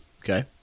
Okay